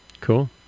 Cool